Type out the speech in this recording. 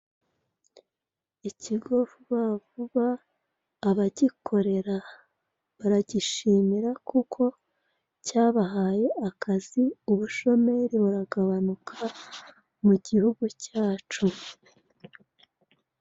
Ikigo vubavuba abagikorera baragishimira kuko cyabahaye akazi ubushomeri buragabanyuka mu gihugu cyacu.